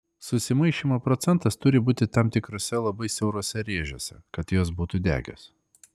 susimaišymo procentas turi būti tam tikruose labai siauruose rėžiuose kad jos būtų degios